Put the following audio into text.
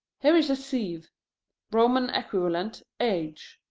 here is a sieve roman equivalent, h.